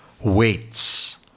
weights